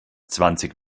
zwanzig